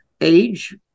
age